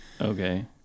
Okay